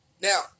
Now